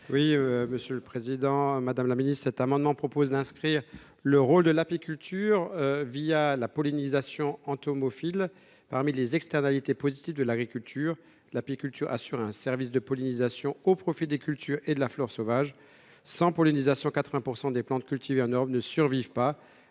: La parole est à M. Michaël Weber. Cet amendement vise à inscrire le rôle de l’apiculture, la pollinisation entomophile, parmi les externalités positives de l’agriculture. L’apiculture assure un service de pollinisation au profit des cultures et de la flore sauvage. Sans pollinisation, 80 % des plantes cultivées en Europe ne survivraient pas.